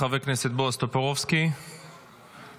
חבר הכנסת בועז טופורובסקי, בבקשה.